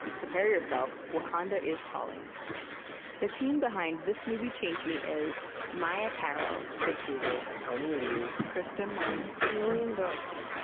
prepare yourself wakanda is calling the team behind this movie changed me is maia tarrell, chris heagle, tony liu, kristin lin, and lilian vo.